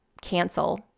cancel